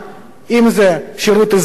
אם שירות אזרחי,